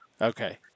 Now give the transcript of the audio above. Okay